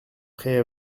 prêt